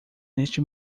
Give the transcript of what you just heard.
neste